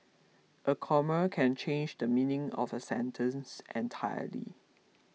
a comma can change the meaning of a sentence entirely